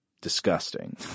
disgusting